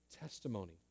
testimony